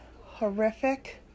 horrific